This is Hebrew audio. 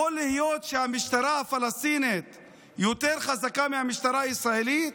יכול להיות שהמשטרה הפלסטינית יותר חזקה מהמשטרה הישראלית?